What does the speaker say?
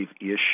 issue